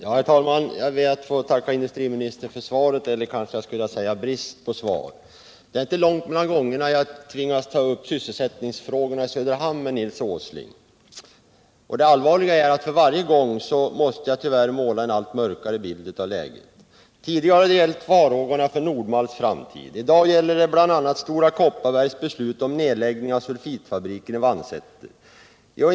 Herr talman! Jag ber att få tacka industriministern för svaret. Men som egentligen var en brist på svar. Det är inte långt mellan gångerna som jag tvingas ta upp sysselsättningsfrågorna i Söderhamn med Nils Åsling. Det allvarliga är att för varje gång måste jag tyvärr måla en allt mörkare bild av läget. Tidigare har det gällt farhågorna för Nord-Malts framtid. I dag gäller det bl.a. Stora Kopparbergs beslut om nedläggning av sulfitfabriken i Vansäter.